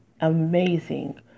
amazing